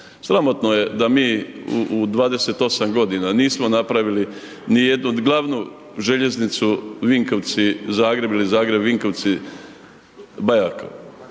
Sramotno je da mi u 28 g. nismo napravili ni jednu glavnu željeznicu Vinkovci Zagreb ili Zagreb Vinkovci